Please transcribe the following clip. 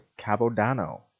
cabodano